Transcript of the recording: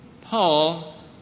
Paul